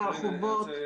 ברחובות.